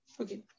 Okay